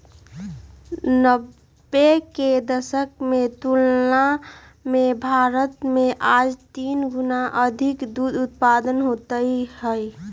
नब्बे के दशक के तुलना में भारत में आज तीन गुणा से अधिक दूध उत्पादन होते हई